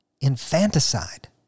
infanticide